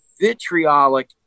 vitriolic